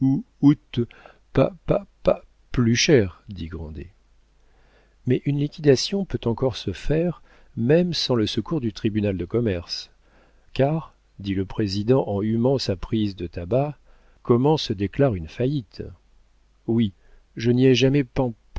plus cher dit grandet mais une liquidation peut encore se faire même sans le secours du tribunal de commerce car dit le président en humant sa prise de tabac comment se déclare une faillite oui je n'y ai jamais